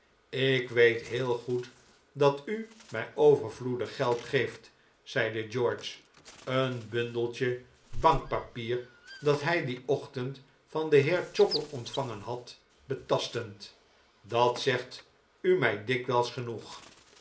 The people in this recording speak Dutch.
ik weet heel goed dat u mij overvloedig geld geeft zeide george een bundeltje bankpapier dat hij dien ochtend van den heer chopper ontvangen had betastend dat zegt u mij dikwijls genoeg